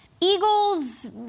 Eagles